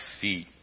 feet